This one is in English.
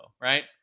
right